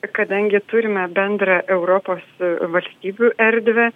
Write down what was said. kadangi turime bendrą europos valstybių erdvę